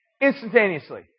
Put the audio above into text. instantaneously